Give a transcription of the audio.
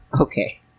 Okay